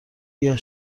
گیاه